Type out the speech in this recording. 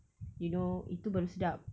you know itu baru sedap